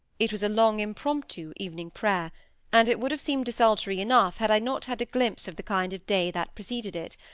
it was a long impromptu evening prayer and it would have seemed desultory enough had i not had a glimpse of the kind of day that preceded it,